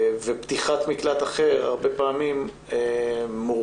ופתיחת מקלט אחר הרבה פעמים מורכבת